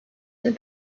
the